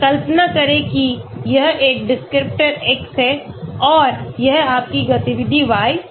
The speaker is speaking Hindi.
कल्पना करें कि यह आपका डिस्क्रिप्टर x है और यह आपकी गतिविधि y है